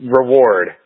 reward